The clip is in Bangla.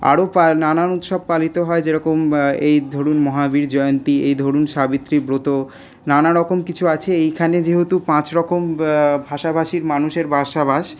আরও নানান উৎসব পালিত হয় যেরকম এই ধরুন মহাবীর জয়ন্তী এই ধরুন সাবিত্রী ব্রত নানারকম কিছু আছে এইখানে যেহেতু পাঁচরকম ভাষাভাষীর মানুষের বাসাবাস